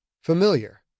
Familiar